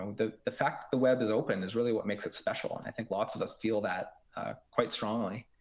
the the fact the web is open is really what makes it special. and i think lots of us feel that quite strongly.